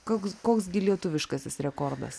koks koks gi lietuviškasis rekordas